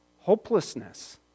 hopelessness